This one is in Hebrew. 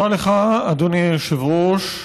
תודה לך, אדוני היושב-ראש.